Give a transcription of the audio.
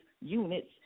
units